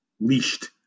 leashed